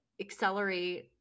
accelerate